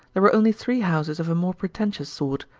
there were only three houses of a more pretentious sort,